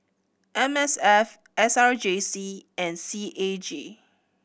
M S F S R J C and C A G